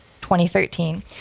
2013